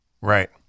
right